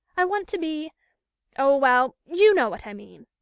i want to be oh, well, you know what i mean